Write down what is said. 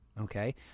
okay